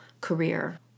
career